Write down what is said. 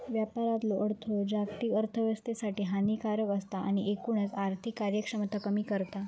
व्यापारातलो अडथळो जागतिक अर्थोव्यवस्थेसाठी हानिकारक असता आणि एकूणच आर्थिक कार्यक्षमता कमी करता